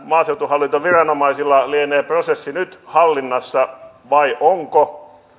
maaseutuhallintoviranomaisilla lienee prosessi nyt hallinnassa vai onko